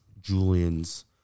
Julian's